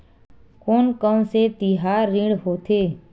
कोन कौन से तिहार ऋण होथे?